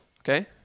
okay